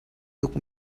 tuk